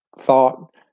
thought